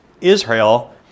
Israel